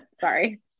Sorry